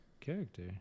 character